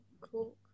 Cool